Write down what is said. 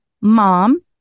mom